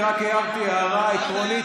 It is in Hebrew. אני רק הערתי הערה עקרונית.